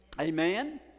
Amen